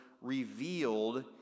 revealed